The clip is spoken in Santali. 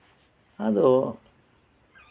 ᱟᱫᱚ